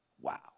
Wow